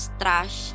trash